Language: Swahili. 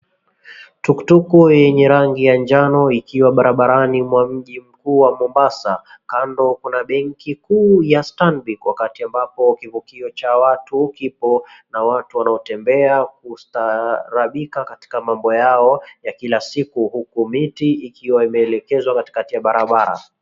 Tuktuku yenye rangi ya njano ikiwa barbarani mwa mji mkuu wa Mombasa kando kuna benki kuu ya Stanbic. Wakati ambapo kivukio cha watu kipo na watu wanao tembea kustaarabika katika mambo yao ya kila siku, huku miti ikiwa imeelekezwa katikati ya barabara.